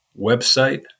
website